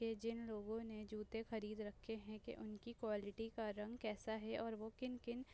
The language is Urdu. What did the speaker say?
کہ جن لوگوں نے جوتے خرید رکھے ہیں کہ ان کی کوالٹی کا رنگ کیسا ہے اور وہ کن کن